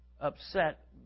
upset